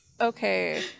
Okay